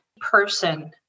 person